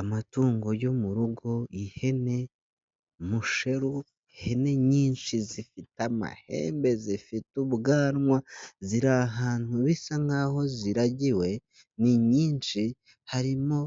Amatungo yo mu rugo, ihene, musheru, ihene nyinshi zifite amahembe, zifite ubwanwa, ziri ahantu bisa nk'aho ziragiwe, ni nyinshi harimo